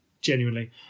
genuinely